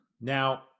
now